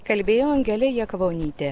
kalbėjo angelė jakavonytė